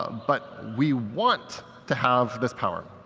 but we want to have this power.